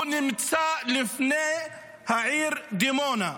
הוא נמצא לפני העיר דימונה,